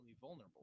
vulnerable